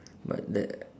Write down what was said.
but that